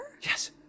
Yes